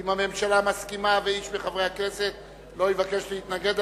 אם הממשלה מסכימה ואיש מחברי הכנסת לא יבקש להתנגד,